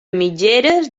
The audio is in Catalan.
mitgeres